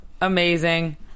amazing